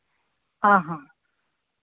ᱚ ᱦᱚᱸ